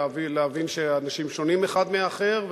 ולהבין שאנשים שונים האחד מהאחר,